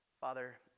Father